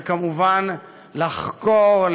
וכמובן לחקור,